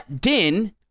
Din